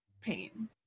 pain